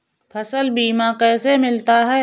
फसल बीमा कैसे मिलता है?